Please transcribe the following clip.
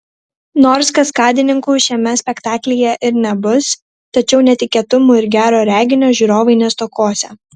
nors kaskadininkų šiame spektaklyje ir nebus tačiau netikėtumų ir gero reginio žiūrovai nestokosią